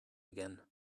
again